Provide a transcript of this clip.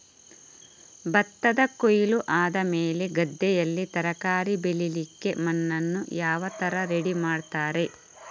ಭತ್ತದ ಕೊಯ್ಲು ಆದಮೇಲೆ ಗದ್ದೆಯಲ್ಲಿ ತರಕಾರಿ ಬೆಳಿಲಿಕ್ಕೆ ಮಣ್ಣನ್ನು ಯಾವ ತರ ರೆಡಿ ಮಾಡ್ತಾರೆ?